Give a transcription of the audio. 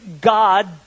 God